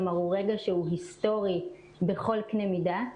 כלומר, הוא רגע היסטורי בכל קנה מידה.